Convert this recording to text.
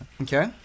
Okay